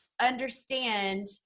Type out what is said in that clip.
understand